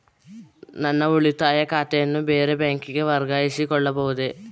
ನನ್ನ ಉಳಿತಾಯ ಖಾತೆಯನ್ನು ಬೇರೆ ಬ್ಯಾಂಕಿಗೆ ವರ್ಗಾಯಿಸಿಕೊಳ್ಳಬಹುದೇ?